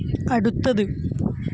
അടുത്തത്